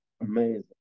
Amazing